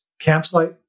campsite